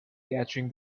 catching